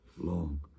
long